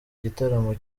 gitaramo